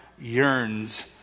yearns